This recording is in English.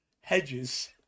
hedges